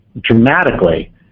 dramatically